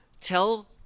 tell